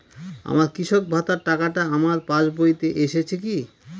আমার কৃষক ভাতার টাকাটা আমার পাসবইতে এসেছে কি?